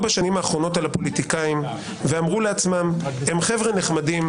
בשנים האחרונות על הפוליטיקאים ואמרו לעצמם: הם חבר'ה נחמדים,